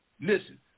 Listen